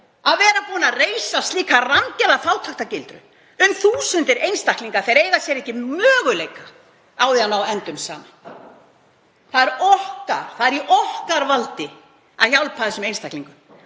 að vera búin að reisa slíka rammgerða fátæktargildru um þúsundir einstaklinga? Þeir eiga ekki möguleika á því að ná endum saman. Það er í okkar valdi að hjálpa þessum einstaklingum.